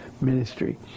ministry